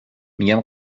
میگویم